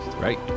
right